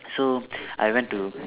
so I went to